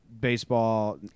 baseball